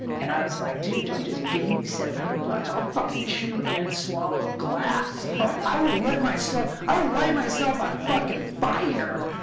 and i was like dude don't just give me seven hundred bucks. i'll fucking chew and swallow glass i will run myself. i'll lay myself on fucking fire